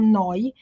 noi